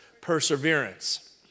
perseverance